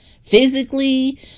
physically